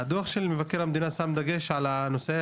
הדוח של מבקר המדינה שם דגש על נושא